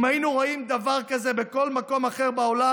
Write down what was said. אם היינו רואים דבר כזה בכל מקום אחר בעולם,